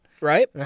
right